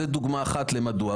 זו דוגמה אחת למדוע.